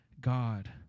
God